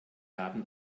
haben